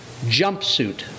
jumpsuit